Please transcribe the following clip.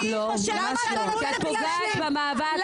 אני אגיד לך, את פוגעת במאבק של הורים מנוכרים.